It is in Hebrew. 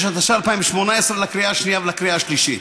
66), התשע"ח 2018, לקריאה השנייה ולקריאה השלישית.